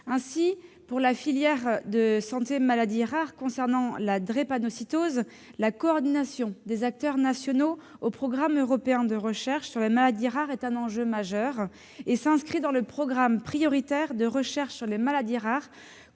Pour la filière de santé relative à la drépanocytose, la coordination des acteurs nationaux du programme européen de recherche sur les maladies rares est un enjeu majeur. Elle s'inscrit dans le programme prioritaire de recherche sur les maladies rares